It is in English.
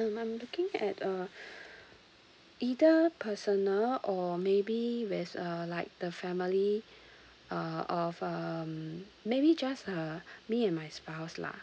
um I'm looking at uh either personal or maybe with uh like the family uh of um maybe just uh me and my spouse lah